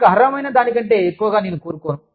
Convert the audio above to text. నాకు అర్హమైన దానికంటే ఎక్కువగా నేను కోరుకోను